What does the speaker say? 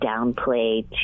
downplay